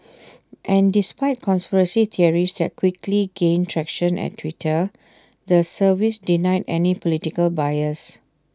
and despite conspiracy theories that quickly gained traction at Twitter the service denied any political bias